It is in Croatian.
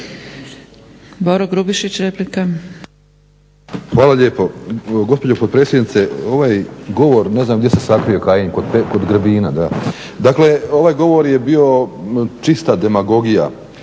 Boro (HDSSB)** Hvala lijepo gospođo potpredsjednice. Ovaj govor, ne znam da se sakrio Kajin? Kod Grbina, da. Dakle ovaj govor je bio čista demagogija